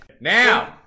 Now